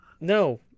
No